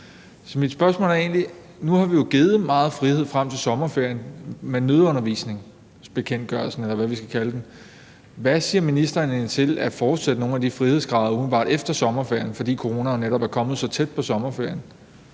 Så mit spørgsmål er egentlig nu, hvor vi jo har givet meget frihed frem til sommerferien med nødundervisningsbekendtgørelsen, eller hvad vi skal kalde den: Hvad siger ministeren egentlig til at fortsætte nogle af de frihedsgrader umiddelbart efter sommerferien, fordi coronaen jo netop er kommet så tæt på sommerferien?